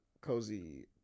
Cozy